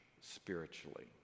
spiritually